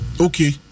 Okay